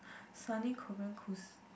Sunny Korean